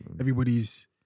everybody's